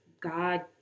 God